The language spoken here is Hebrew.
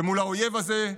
ומול האויב הזה,